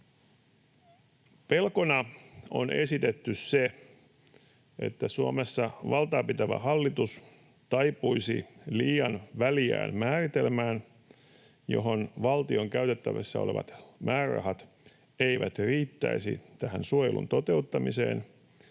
Pelkona on esitetty se, että Suomessa valtaa pitävä hallitus taipuisi liian väljään määritelmään, jolloin valtion käytettävissä olevat määrärahat eivät riittäisi suojelun toteuttamiseen.